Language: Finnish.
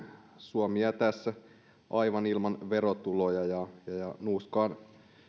suomi jää tässä aivan ilman verotuloja